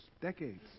decades